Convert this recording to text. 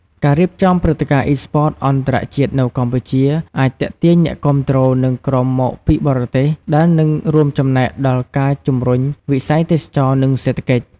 ការរៀបចំព្រឹត្តិការណ៍ Esports អន្តរជាតិនៅកម្ពុជា អាចទាក់ទាញអ្នកគាំទ្រ និងក្រុមមកពីបរទេស ដែលនឹងរួមចំណែកដល់ការជំរុញវិស័យទេសចរណ៍ និងសេដ្ឋកិច្ច។